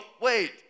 wait